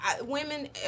Women